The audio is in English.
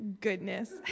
Goodness